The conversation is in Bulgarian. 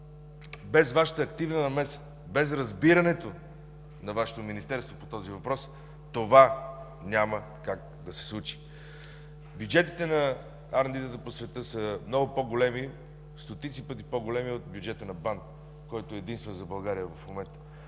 без Вашата активна намеса, без разбирането на Вашето Министерство по този въпрос, това няма как да се случи. Бюджетите за R&D по света са много по-големи, стотици по големи от бюджета на БАН, който е единствен за България в момента.